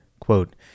quote